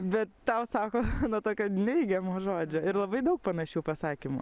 bet tau sako na tokio neigiamo žodžio ir labai daug panašių pasakymų